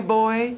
boy